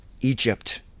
Egypt